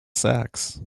sax